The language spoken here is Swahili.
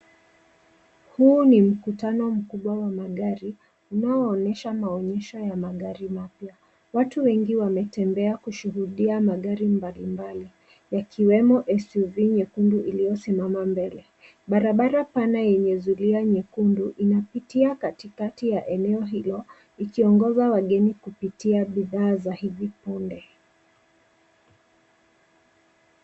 Huu ni mkutano mkubwa wa magari unaoonyesha maonyesho ya magari mapya. Watu wengi wametembea kushuhudia magari mbalimbali yakiwemo suv nyekundu iliyosimama mbele. Barabara pana yenye zulia nyekundu inapitia katikati ya eneo hilo ikiongoza wageni kupitia bidhaa za hivi punde.